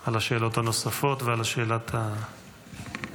על השאלות הנוספות ועל שאלת ההמשך.